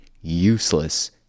useless